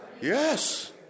yes